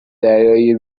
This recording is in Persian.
دریایی